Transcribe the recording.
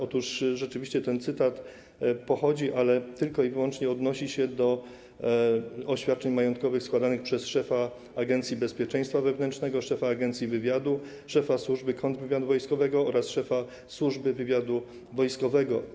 Otóż rzeczywiście ten cytat pochodzi... ale tylko i wyłącznie odnosi się do oświadczeń majątkowych składanych przez szefa Agencji Bezpieczeństwa Wewnętrznego, szefa Agencji Wywiadu, szefa Służby Kontrwywiadu Wojskowego oraz szefa Służby Wywiadu Wojskowego.